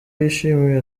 yishimiye